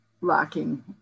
lacking